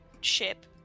ship